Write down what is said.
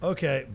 Okay